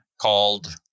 called